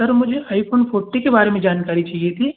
sir मुझे iPhone forty के बारे में जानकारी चाहिए थी